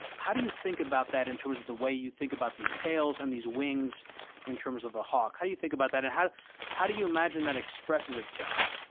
how do you think about that in terms of the way you think about these tails and these wings in terms of the hawk? how do you think about that and how how do you imagine that expresses itself?